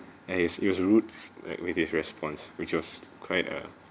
ya he's he was rude like with his response which was quite uh